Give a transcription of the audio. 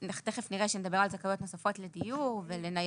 כשנדבר על זכאויות נוספות לדיור ולניידות,